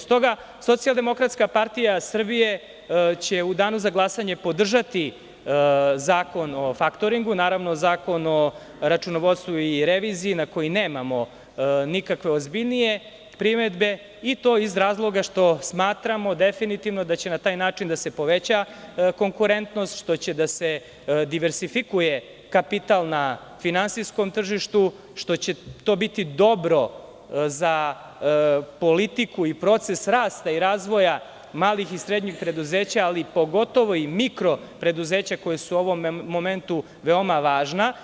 Stoga SDP Srbije će u danu za glasanje podržati Zakon o faktoringu, naravno i Zakon o računovodstvu i reviziji na koji nemamo nikakve ozbiljnije primedbe, i to iz razloga što smatramo da će na taj način da se poveća konkurentnost, što će da se diversifikuje kapital na finansijskom tržištu, što će to biti dobro za politiku i proces rasta i razvoja malih i srednjih preduzeća, ali pogotovo i mikro preduzeća koja su u ovom momentu veoma važna.